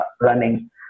running